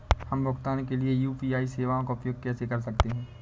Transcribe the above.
हम भुगतान के लिए यू.पी.आई सेवाओं का उपयोग कैसे कर सकते हैं?